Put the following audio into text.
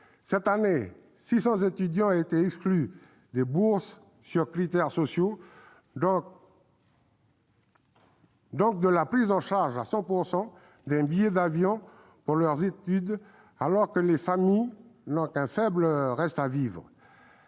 Cette année, 600 étudiants étaient exclus des bourses sur critères sociaux, donc de la prise en charge à 100 % d'un billet d'avion pour leurs études, alors que leurs familles n'ont qu'un faible reste à vivre.